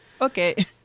okay